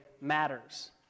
matters